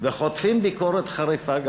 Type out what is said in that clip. וחוטפים ביקורת חריפה,